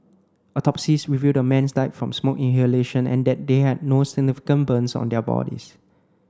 autopsies revealed the men died from smoke inhalation and that they had no significant burns on their bodies